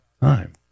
time